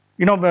you know,